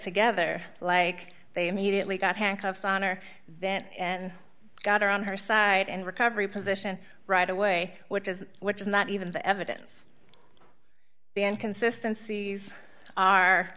together like they immediately got handcuffs on or then and got her on her side and recovery position right away which is which is not even the evidence the end consistencies are